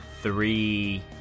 three